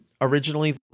originally